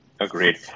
Agreed